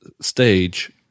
stage